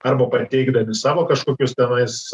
arba pateikdami savo kažkokius tenais